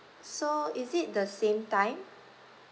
so is it the same time